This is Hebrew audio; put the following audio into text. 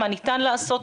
מה ניתן לעשות,